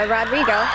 Rodrigo